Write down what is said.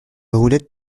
roulettes